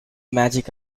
magic